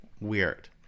weird